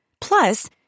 Plus